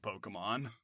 Pokemon